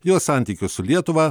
jos santykius su lietuva